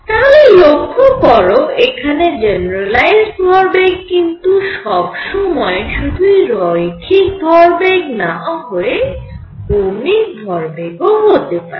তাহলে লক্ষ্য করো এখানে জেনেরালাইজড ভরবেগ কিন্তু সব সময় শুধুই রৈখিক ভরবেগ না হয়ে কৌণিক ভরবেগ ও হতে পারে